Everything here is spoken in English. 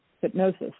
hypnosis